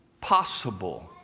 possible